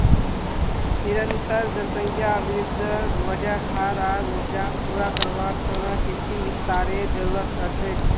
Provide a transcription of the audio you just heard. निरंतर जनसंख्या वृद्धिर वजह खाद्य आर ऊर्जाक पूरा करवार त न कृषि विस्तारेर जरूरत ह छेक